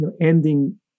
ending